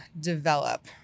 develop